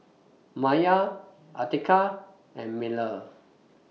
Maya Atiqah and Melur